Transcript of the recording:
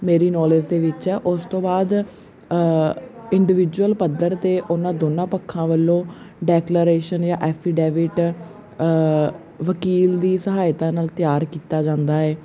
ਮੇਰੀ ਨੌਲੇਜ ਦੇ ਵਿੱਚ ਹੈ ਉਸ ਤੋਂ ਬਾਅਦ ਇੰਡਵਿਜੁਅਲ ਪੱਧਰ 'ਤੇ ਉਹਨਾਂ ਦੋਨਾਂ ਪੱਖਾਂ ਵੱਲੋਂ ਡੈਕਲਾਰੇਸ਼ਨ ਜਾਂ ਐਫੀਡੈਵਿਟ ਵਕੀਲ ਦੀ ਸਹਾਇਤਾ ਨਾਲ ਤਿਆਰ ਕੀਤਾ ਜਾਂਦਾ ਹੈ